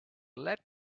let